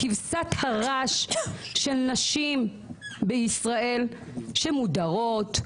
כבשת הרש של נשים בישראל שמודרות,